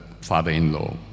father-in-law